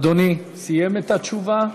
אדוני סיים את התשובה?